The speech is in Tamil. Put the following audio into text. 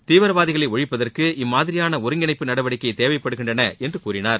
தீவிரவாதிகளை ஒழிப்பதற்கு இம்மாதிரியான ஒருங்கிணைப்பு நடவடிக்கை தேவைப்படுகின்றன என்று கூறினார்